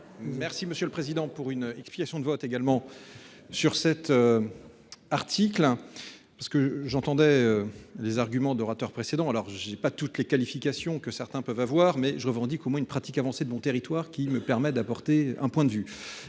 Merci monsieur le président pour une explication de vote également sur cet. Article. Parce que j'entendais les arguments d'orateur précédent alors j'ai pas toutes les qualifications que certains peuvent avoir mais je revendique au moins une pratique avancée de mon territoire qui me permettent d'apporter un point de vue